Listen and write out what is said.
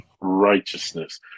righteousness